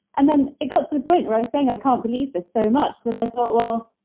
and then it got to the point where i was saying, i can't believe this, so much that i thought, well,